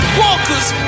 walkers